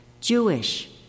Jewish